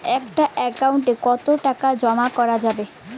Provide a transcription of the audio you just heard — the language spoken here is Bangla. একটা একাউন্ট এ কতো টাকা জমা করা যাবে?